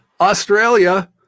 Australia